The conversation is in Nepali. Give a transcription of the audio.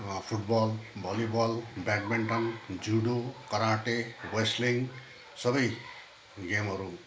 football volleyball badminton judo karate wrestling सबै गेमहरू